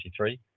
1973